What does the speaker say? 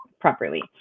properly